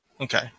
Okay